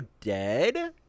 dead